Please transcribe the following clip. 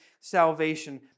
salvation